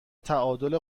تعادل